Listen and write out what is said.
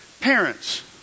Parents